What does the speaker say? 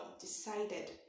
decided